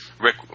Rick